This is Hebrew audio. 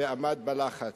ועמד בלחץ.